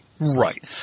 Right